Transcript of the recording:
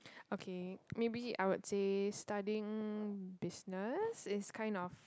okay maybe I would say studying business is kind of